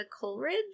Coleridge